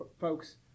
folks